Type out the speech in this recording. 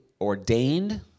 ordained